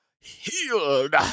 Healed